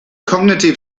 cognitive